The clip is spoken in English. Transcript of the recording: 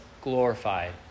glorified